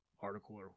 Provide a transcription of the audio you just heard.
article